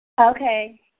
Okay